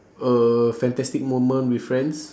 a fantastic moment with friends